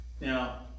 Now